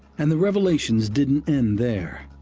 and the revelations didn't end there.